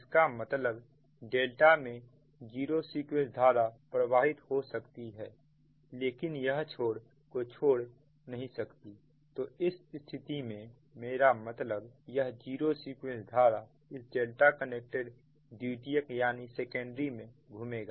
इसका मतलब डेल्टा में जीरो सीक्वेंस धारा प्रवाहित हो सकती है लेकिन यह छोर को छोड़ नहीं सकती तो इस स्थिति में मेरा मतलब यह जीरो सीक्वेंस धारा इस कनेक्टेड द्वितीयक में घूमेगा